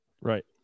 Right